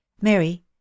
Mary